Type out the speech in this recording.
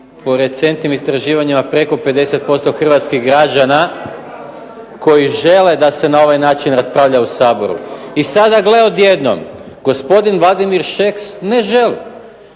po recentnim istraživanjima preko 50% hrvatskih građana koji žele da se na ovaj način raspravlja u Saboru. I sada gle odjednom gospodin Vladimir Šeks ne želi.